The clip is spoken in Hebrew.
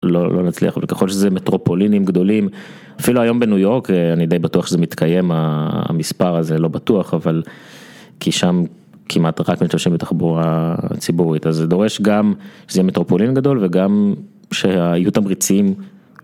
לא נצליח וככל שזה מטרופולינים גדולים אפילו היום בניו יורק אני די בטוח שזה מתקיים המספר הזה לא בטוח אבל כי שם כמעט רק מ-30 בתחבורה ציבורית אז זה דורש גם שזה יהיה מטרופולין גדול וגם שיהיו יהיו תמריצים